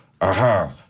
aha